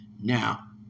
Now